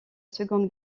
seconde